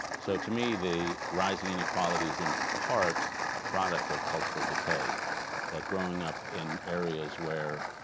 so to me the rising inequality is in part a product of cultural decay that growing up in areas where